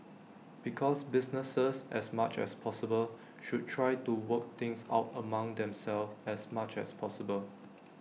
because businesses as much as possible should try to work things out among themselves as much as possible